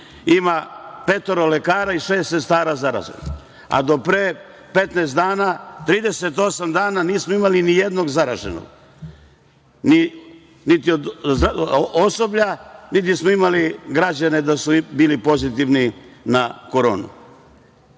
ima petoro lekara i šest sestara zaraženih, a do pre 15 dana, 38 dana, nismo imali ni jednog zaraženog, niti od osoblja, mi bismo imali građane da su bili pozitivni na koronu. Tako